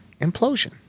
implosion